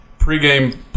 pregame